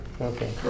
Okay